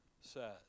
says